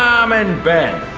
um and ben.